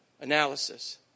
analysis